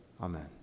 Amen